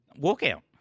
Walkout